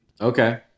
Okay